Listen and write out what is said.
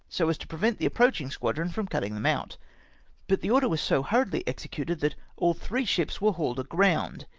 so as to prevent the approachuig squadron from cutting them out but the order was so hurriedly executed, that all three sliips were hauled aground,